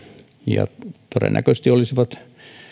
ja todennäköisesti olisivat